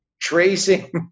tracing